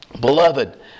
Beloved